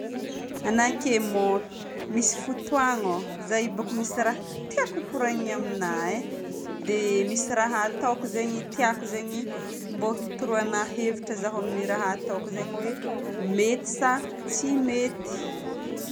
Anà ke mô misy fotoagno? Zaho io boko misy raha tiako hikoragnina aminà e. Dia misy raha ataoko zegny tiako zegny mbô toroagnà hevitra zaho amin'ny raha ataoko zegny hoe mety sa tsy mety.